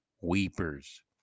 weepers